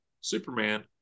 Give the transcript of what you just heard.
Superman